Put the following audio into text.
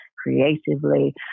Creatively